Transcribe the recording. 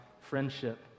friendship